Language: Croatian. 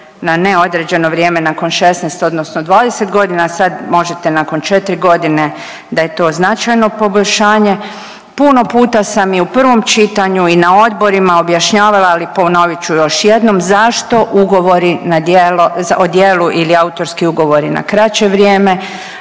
na neodređeno vrijeme nakon 16. odnosno 20.g. sad možete nakon 4.g., da je to značajno poboljšanje. Prvo puta sam i u prvom čitanju i na odborima objašnjavala, ali ponovit ću još jednom. Zašto ugovori na djelo, o djelu ili autorski ugovori na kraće vrijeme,